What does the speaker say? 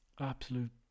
absolute